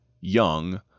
young